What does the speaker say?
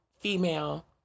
female